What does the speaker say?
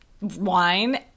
wine